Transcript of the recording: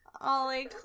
Ollie